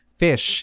fish